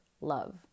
love